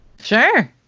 sure